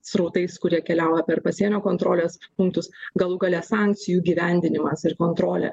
srautais kurie keliauja per pasienio kontrolės punktus galų gale sankcijų įgyvendinimas ir kontrolė